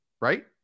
right